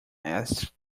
asked